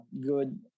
good